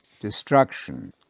destruction